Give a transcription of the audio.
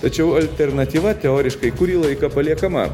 tačiau alternatyva teoriškai kurį laiką paliekama